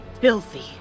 Filthy